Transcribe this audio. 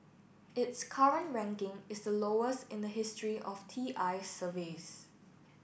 its current ranking is the lowest in the history of T I's surveys